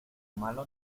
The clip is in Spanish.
malo